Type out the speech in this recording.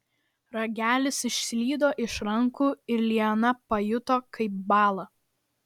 ragelis išslydo iš rankų ir liana pajuto kaip bąla